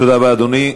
תודה רבה, אדוני.